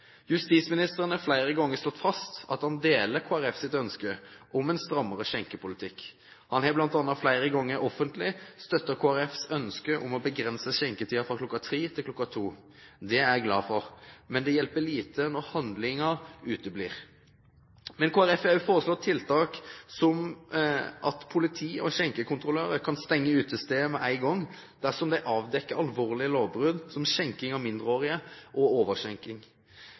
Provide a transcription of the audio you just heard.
Justisministeren har flere ganger slått fast at han deler Kristelig Folkepartis ønske om en strammere skjenkepolitikk. Han har bl.a. flere ganger offentlig støttet Kristelig Folkepartis ønske om å begrense skjenketidene, fra kl 03 til kl 02. Det er jeg glad for. Men det hjelper lite når handlingen uteblir. Kristelig Folkeparti har også foreslått tiltak: Politi og skjenkekontrollører kan stenge utesteder med én gang dersom de avdekker alvorlige lovbrudd, som skjenking av mindreårige og